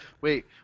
Wait